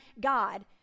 God